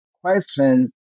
question